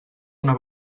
una